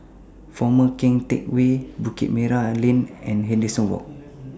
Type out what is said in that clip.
Former Keng Teck Whay Bukit Merah Lane and Walk